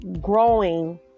growing